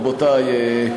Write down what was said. רבותי,